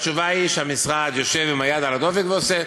התשובה היא שהמשרד יושב עם היד על הדופק ועושה.